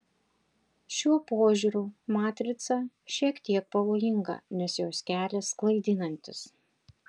šiuo požiūriu matrica šiek tiek pavojinga nes jos kelias klaidinantis